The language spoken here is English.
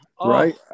Right